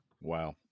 Wow